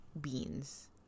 beans